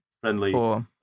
friendly